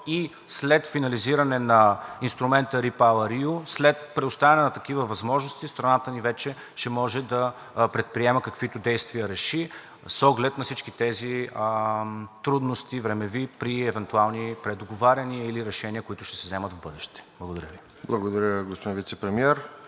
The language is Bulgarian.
и след финализиране на инструмента REPowerEU. След предоставяне на такива възможности страната ни вече ще може да предприема каквито действия реши с оглед на всички тези трудности, времеви, при евентуални предоговаряния или решения, които ще се вземат в бъдеще. Благодаря Ви. ПРЕДСЕДАТЕЛ РОСЕН ЖЕЛЯЗКОВ: Благодаря, господин Вицепремиер.